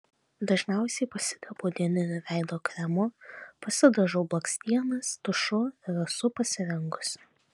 dažniausiai pasitepu dieniniu veido kremu pasidažau blakstienas tušu ir esu pasirengusi